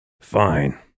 Fine